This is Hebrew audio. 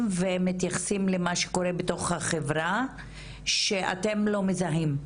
ומתייחסים למה שקורה בתוך החברה שאתם לא מזהים,